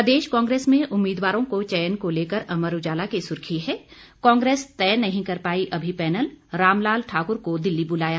प्रदेश कांग्रेस में उम्मीदवारों के चयन को लेकर अमर उजाला की सुर्खी है कांग्रेस तय नहीं कर पाई अभी पैनल रामलाल ठाकुर को दिल्ली बुलाया